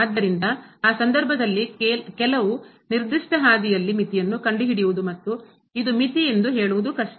ಆದ್ದರಿಂದ ಆ ಸಂದರ್ಭದಲ್ಲಿ ಕೆಲವು ನಿರ್ದಿಷ್ಟ ಹಾದಿಯಲ್ಲಿ ಮಿತಿಯನ್ನು ಕಂಡುಹಿಡಿಯುವುದು ಮತ್ತು ಇದು ಮಿತಿ ಎಂದು ಹೇಳುವುದು ಕಷ್ಟ